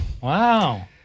Wow